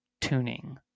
tuning